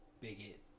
bigot